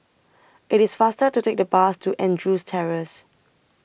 IT IS faster to Take The Bus to Andrews Terrace